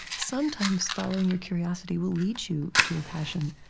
sometimes, following your curiosity will lead you to your passion.